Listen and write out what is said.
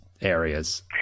areas